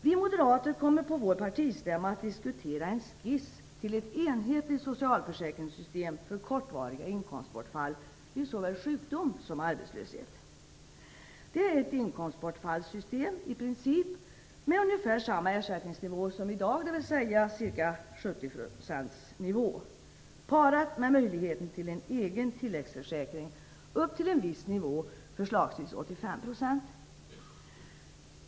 Vi moderater kommer på vår partistämma att diskutera en skiss till ett enhetligt socialförsäkringssystem för kortvariga inkomstbortfall vid såväl sjukdom som arbetslöshet. Det är i princip ett inkomstbortfallssystem med ungefär samma ersättningsnivå som i dag, dvs. ca 75 % av inkomsten, parat med möjligheten till en egen tilläggsförsäkring upp till en viss nivå, förslagsvis 85 %.